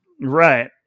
Right